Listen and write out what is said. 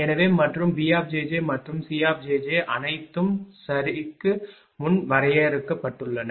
எனவே மற்றும் b மற்றும் c அனைத்தும் சரிக்கு முன் வரையறுக்கப்பட்டுள்ளன